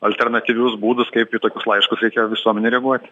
alternatyvius būdus kaip į tokius laiškus reikia visuomenei reaguoti